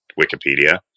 Wikipedia